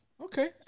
Okay